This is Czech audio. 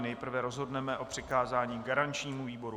Nejprve rozhodneme o přikázání garančnímu výboru.